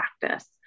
practice